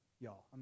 y'all